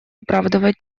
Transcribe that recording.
оправдывать